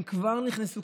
הם כבר נכנסו.